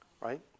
right